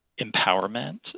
empowerment